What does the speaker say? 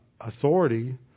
authority